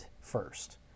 first